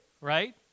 right